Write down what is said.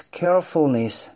carefulness